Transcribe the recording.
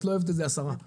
את לא אוהבת את זה, השרה.